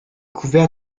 couvert